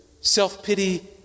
self-pity